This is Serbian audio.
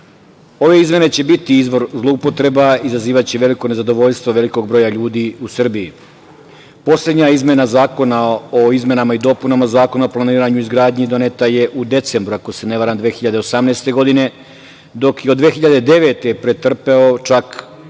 izmene će biti izvor zloupotreba. Izazivaće se veliko nezadovoljstvo velikog broja ljudi u Srbiji. Poslednja izmena Zakona o izmenama i dopunama Zakona o planiranju i izgradnji doneta je u decembru, ako se ne varam, 2018. godine, dok je od 2009. godine pretrpeo čak 11,